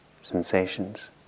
sensations